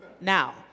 Now